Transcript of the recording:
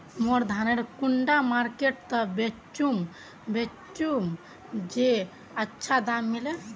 मोर धानेर कुंडा मार्केट त बेचुम बेचुम जे अच्छा दाम मिले?